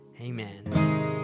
Amen